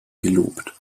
gelobt